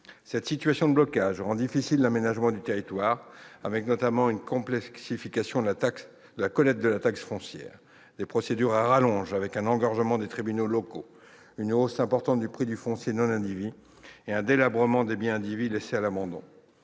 Cette situation de blocage rend difficile l'aménagement du territoire, avec notamment une complexification de la collecte de la taxe foncière, des procédures à rallonge, un engorgement des tribunaux locaux, une hausse importante du prix du foncier non indivis et un délabrement des biens indivis laissés à l'abandon.